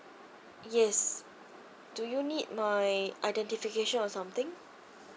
yes do you need my identification or something